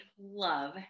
love